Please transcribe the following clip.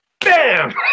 bam